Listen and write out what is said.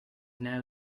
now